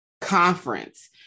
conference